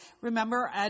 remember